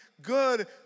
good